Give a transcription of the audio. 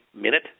minute